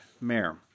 mayor